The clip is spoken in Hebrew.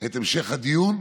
את המשך הדיון,